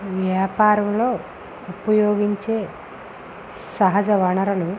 వ్యాపారంలో ఉపయోగించే సహజ వనరులు